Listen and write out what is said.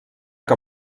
que